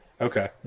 Okay